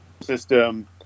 system